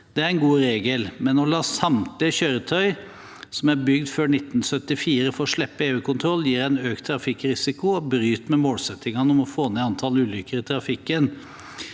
Det er en god regel, men å la samtlige kjøretøy som er bygd før 1974, få slippe EU-kontroll, gir en økt trafikkrisiko og bryter med målsettingen om å få ned antall ulykker i trafikken.